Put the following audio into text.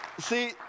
see